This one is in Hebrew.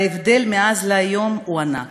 וההבדל בין אז להיום הוא ענק: